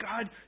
God